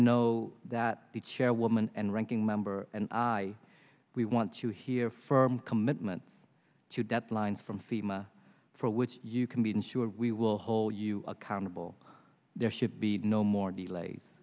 know that the chairwoman and ranking member and i we want to hear firm commitment to deadlines from fema for which you can be insured we will hold you accountable there should be no more delays